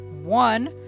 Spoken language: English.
One